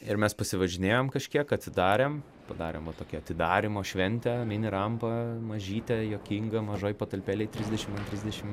ir mes pasivažinėjom kažkiek darėm padarėm va tokią atidarymo šventę mini rampą mažytę juokingą mažoj patalpėlėj trisdešimt ant trisdešimt